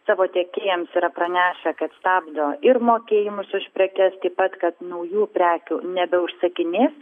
savo tiekėjams yra pranešę kad stabdo ir mokėjimus už prekes taip pat kad naujų prekių nebeužsakinės